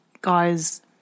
guys